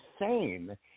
insane